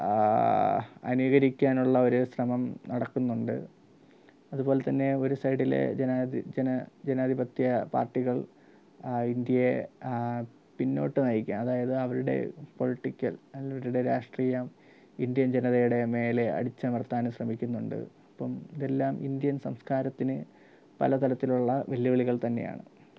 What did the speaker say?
അനുകരിക്കാനുള്ള ഒരു ശ്രമം നടക്കുന്നുണ്ട് അതുപോലെതന്നെ ഒരു സൈഡിലെ ജനാധി ജന ജനാധിപത്യ പാർട്ടികൾ ഇന്ത്യയെ പിന്നോട്ട് നയിക്കും അതായത് അവരുടെ പൊളിറ്റിക്കൽ അവരുടെ രാഷ്ട്രീയം ഇന്ത്യൻ ജനതയുടെ മേലെ അടിച്ചമർത്താനും ശ്രമിക്കുന്നുണ്ട് ഇപ്പം ഇതെല്ലാം ഇന്ത്യൻ സംസ്കാരത്തിന് പലതരത്തിലുള്ള വെല്ലുവിളികൾ തന്നെയാണ്